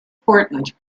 important